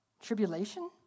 Tribulation